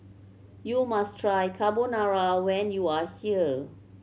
you must try Carbonara when you are here